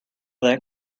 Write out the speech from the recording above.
that